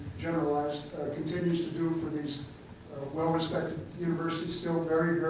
generalized continues to do for these well-respected universities still very,